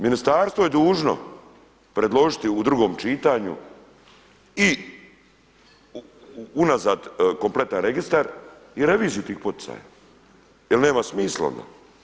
Ministarstvo je dužno predložiti u drugom čitanju i unazad kompletan registar i reviziju tih poticaja jel nema smisla onda.